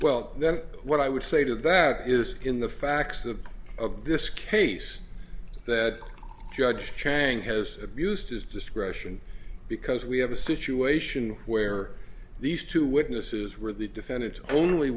well then what i would say to that is in the facts of this case that judge chang has abused his discretion because we have a situation where these two witnesses were the defendant only